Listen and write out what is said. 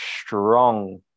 strong